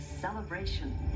celebration